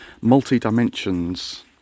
multi-dimensions